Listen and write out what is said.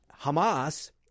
Hamas